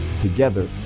Together